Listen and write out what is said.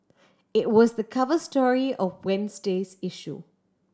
it was the cover story of Wednesday's issue